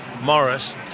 Morris